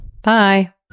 Bye